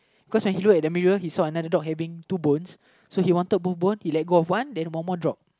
cause when he look at the mirror he saw another dog having two bones so he wanted both bones he let go of one then one more drop